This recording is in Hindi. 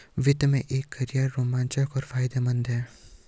वित्त में एक कैरियर रोमांचक और फायदेमंद है